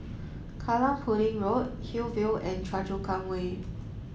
Kallang Pudding Road Hillview and Choa Chu Kang Way